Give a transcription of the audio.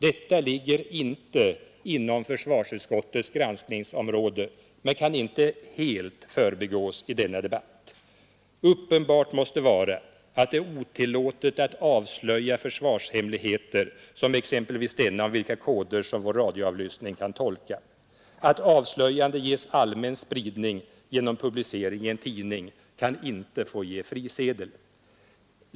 Detta ligger inte inom försvarsutskottets granskningsområde men kan inte helt förbigås i denna debatt. Uppenbart måste vara att det är otillåtet att avslöja försvarshemligheter som exempelvis den om vilka koder som vår radioavlyssning kan tolka. Att avslöjandet ges allmän spridning genom publicering i en tidning kan inte få ge frisedel.